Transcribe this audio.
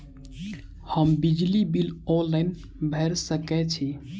हम बिजली bill online भैर सकै छी?